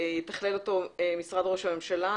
יתכלל אותו משרד ראש הממשלה.